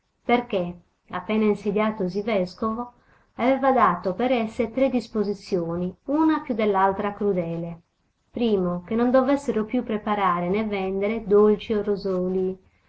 perché appena insediatosi vescovo aveva dato per esse tre disposizioni una più dell'altra crudele prima che non dovessero più né preparare né vendere dolci o rosolii